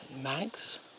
Mags